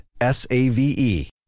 S-A-V-E